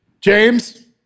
James